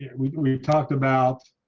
we've we've talked about